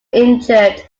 injured